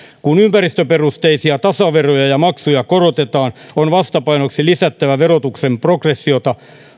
kun ympäristöperusteisia tasaveroja ja maksuja korotetaan on vastapainoksi lisättävä verotuksen progressiota